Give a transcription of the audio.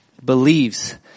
believes